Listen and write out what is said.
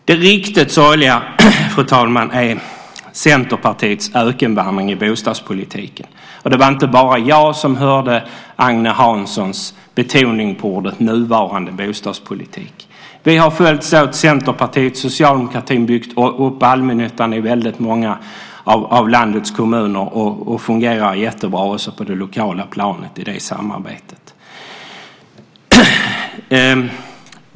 Det riktigt sorgliga är Centerpartiets ökenvandring i bostadspolitiken. Det var inte bara jag som hörde Agne Hanssons betoning på nuvarande bostadspolitik . Centerpartiet och Socialdemokraterna har följts åt och byggt upp allmännyttan i väldigt många av landets kommuner, och det samarbetet fungerar jättebra också på det lokala planet.